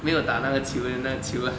没有打那个球 then 那个球